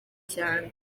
cyane